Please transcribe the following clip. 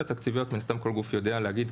התקציביות מן הסתם כל גוף יודע להגיד,